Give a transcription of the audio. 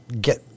get